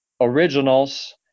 originals